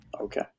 Okay